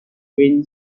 green